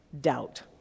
doubt